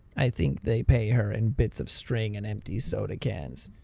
i think they pay her in bits of string and empty soda cans.